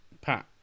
Pat